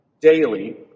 daily